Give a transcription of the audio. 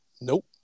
Nope